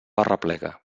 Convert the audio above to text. arreplega